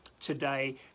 today